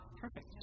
perfect